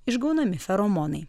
išgaunami feromonai